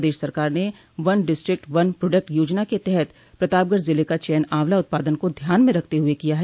प्रदेश सरकार ने one district one product योजना के तहत प्रतापगढ़ ज़िले का चयन आंवला उत्पादन को ध्यान में रखते हुए किया है